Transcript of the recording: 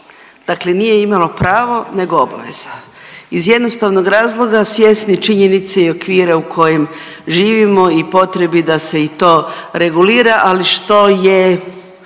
Dakle nije imalo pravo nego obaveza iz jednostavnog razloga, svjesni činjenice i okvira u kojem živimo i potrebi da se i to regulira, ali što je